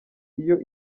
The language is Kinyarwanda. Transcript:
iyo